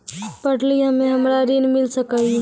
पढल छी हम्मे हमरा ऋण मिल सकई?